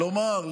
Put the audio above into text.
כלומר,